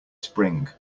spring